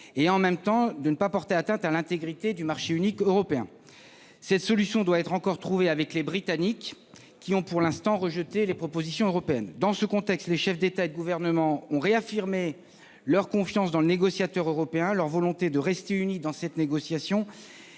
et, en même temps, de ne pas porter atteinte à l'intégrité du marché unique européen. Cette solution doit encore être trouvée avec les Britanniques, qui, pour l'heure, ont rejeté les propositions européennes. Dans ce contexte, les chefs d'État et de Gouvernement ont réaffirmé leur confiance dans le négociateur européen, leur volonté de rester unis dans cette négociation